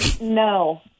No